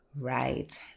right